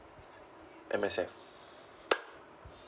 M_S_F